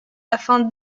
afin